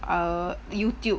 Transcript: err youtube